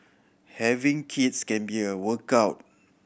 having kids can be a workout